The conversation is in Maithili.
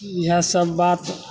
इएहसब बात